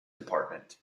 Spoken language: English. department